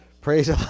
Praise